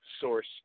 source